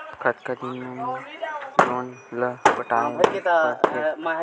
कतका दिन मा लोन ला पटाय ला पढ़ते?